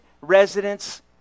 residents